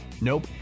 Nope